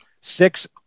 six